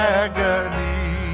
agony